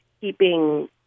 keeping